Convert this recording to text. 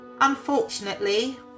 Unfortunately